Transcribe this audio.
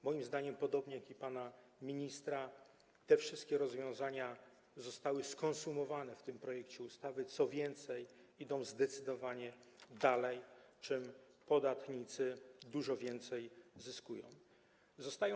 Moim zdaniem, podobnie jak i pana ministra, te wszystkie rozwiązania zostały skonsumowane w tym projekcie ustawy, co więcej, idą zdecydowanie dalej, na czym podatnicy dużo więcej zyskają.